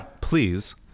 please